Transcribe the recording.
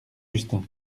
justin